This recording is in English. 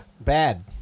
Bad